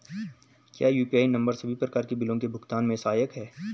क्या UPI number सभी प्रकार के बिलों के भुगतान में सहायक हैं?